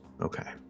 Okay